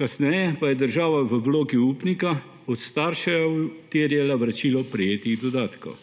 kasneje pa je država v vlogi upnika od staršev terjala vračilo prejetih dodatkov.